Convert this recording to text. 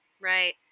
Right